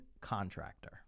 contractor